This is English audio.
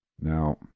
Now